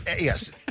yes